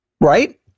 Right